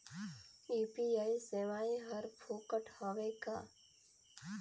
UPI सेवाएं हर फोकट हवय का?